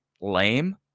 lame